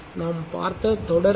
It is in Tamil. நாம் பார்த்த தொடர் ஆர்